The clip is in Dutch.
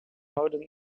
houdend